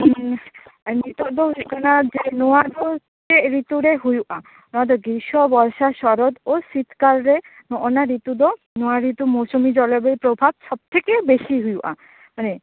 ᱱᱤᱛᱚᱜ ᱫᱚ ᱦᱩᱭᱩᱜ ᱠᱟᱱᱟ ᱡᱮ ᱱᱚᱣᱟᱫᱚ ᱪᱮᱫ ᱨᱤᱛᱩᱨᱮ ᱦᱩᱭᱩᱜᱼᱟ ᱱᱚᱣᱟ ᱫᱚ ᱜᱤᱨᱥᱚ ᱵᱚᱨᱥᱟ ᱥᱚᱨᱚᱛ ᱳ ᱥᱤᱛ ᱠᱟᱞ ᱨᱮ ᱱᱚᱜᱼᱚᱭ ᱱᱚᱣᱟ ᱨᱤᱛᱩ ᱫᱚ ᱱᱚᱣᱟ ᱨᱤᱛᱩ ᱢᱚᱣᱥᱚᱢᱤ ᱡᱚᱞᱚᱵᱟᱭᱩ ᱯᱨᱚᱵᱷᱟᱵ ᱥᱚᱵ ᱛᱷᱮᱠᱮ ᱵᱮᱥᱤ ᱦᱩᱭᱩᱜᱼᱟ ᱢᱟᱱᱮ